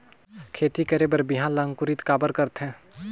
खेती करे बर बिहान ला अंकुरित काबर करथे?